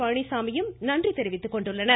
பழனிசாமியும் நன்றி தெரிவித்துக்கொண்டுள்ளனர்